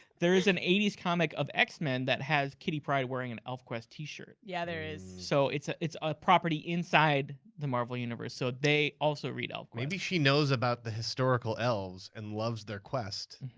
there is an eighty s comic of x-men that has kitty pryde wearing an elfquest t-shirt. yeah there is. so it's it's a property inside the marvel universe, so they also read elfquest. maybe she knows about the historical elves and loves their quest,